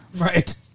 Right